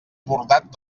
bordat